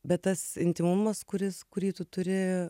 bet tas intymumas kuris kurį tu turi